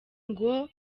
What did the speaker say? ngo